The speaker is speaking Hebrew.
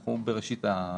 אנחנו בראשית התהליך.